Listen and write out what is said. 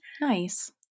Nice